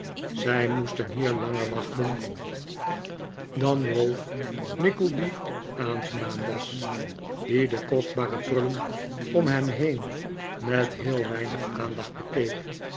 zij moesten hier langer wachten dan ralph nickleby aangenaam was die de kostbare prullen om hem heen met heel weinig aandacht bekeek